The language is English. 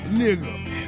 nigga